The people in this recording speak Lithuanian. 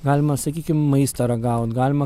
galima sakykim maistą ragaut galima